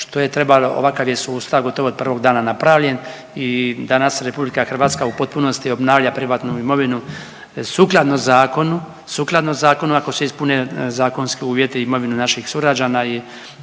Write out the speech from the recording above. što je trebalo, ovakav je sustav gotovo od prvog dana napravljen i danas RH u potpunosti obnavlja privatnu imovinu sukladno zakonu, sukladno zakonu ako se ispune zakonski uvjeti i imovinu naših sugrađana